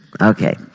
Okay